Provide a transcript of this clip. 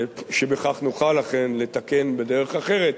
שבכך נוכל אכן לתקן בדרך אחרת,